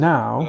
Now